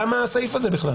למה הסעיף הזה בכלל?